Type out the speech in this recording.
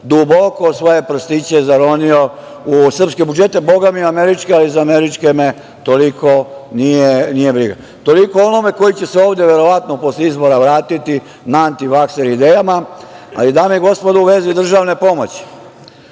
duboko svoje prstiće zaronio u srpske budžete, bogami i američke, ali za američke me toliko nije briga. Toliko o onome koji će se ovde verovatno posle izbora vratiti na antivakser idejama. Dame i gospodo, u vezi državne pomoći.